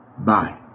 Bye